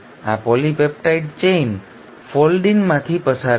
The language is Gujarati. આ પોલીપેપ્ટાઈડ ચેન ફોલ્ડીનમાંથી પસાર થશે